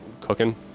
cooking